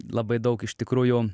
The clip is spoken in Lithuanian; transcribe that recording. labai daug iš tikrųjų